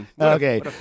Okay